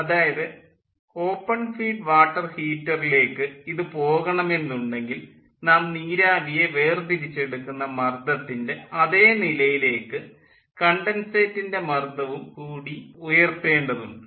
അതായത് open feed water ഹീറ്ററിലേക്ക് ഇത് പോകണമെന്നുണ്ടെങ്കിൽ നാം നീരാവിയെ വേർതിരിച്ചെടുക്കുന്ന മർദ്ദത്തിൻ്റെ അതേ നിലയിലേക്ക് കണ്ടൻസേറ്റിൻ്റെ മർദ്ദവും കൂടി ഉയർത്തേണ്ടതുണ്ട്